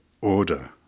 order